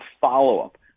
follow-up